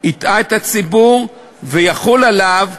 הטעה את הציבור, ויחול עליו,